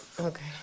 Okay